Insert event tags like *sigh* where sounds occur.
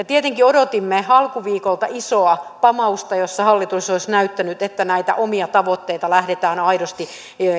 *unintelligible* tietenkin odotimme alkuviikolta isoa pamausta jossa hallitus olisi näyttänyt että näitä omia tavoitteita lähdetään aidosti